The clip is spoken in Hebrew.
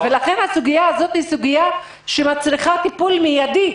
לכן זו סוגיה שמצריכה טיפול מידי,